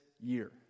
year